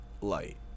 light